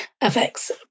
affects